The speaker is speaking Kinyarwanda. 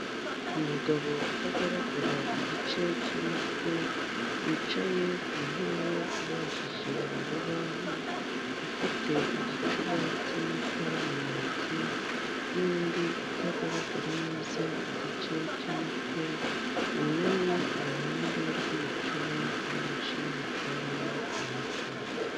Umugabo utagaragara igice cy'umutwe wicaye ku ntebe ibajije mu rubaho ufite igicuba cy'amata mu ntoki nundi utagaragara neza igice cy'umutwe wunamye iruhande rw'ibicuba byinshi batwaramo amata .